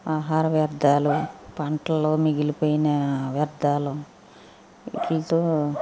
ఆహార వ్యర్ధాలు పంటలలో మిగిలిపోయిన వ్యర్ధాలు విటీలతో